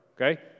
okay